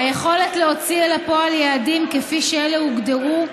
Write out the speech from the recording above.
היכולת להוציא אל הפועל יעדים, כפי שאלה הוגדרו,